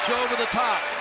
over the top.